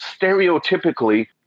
stereotypically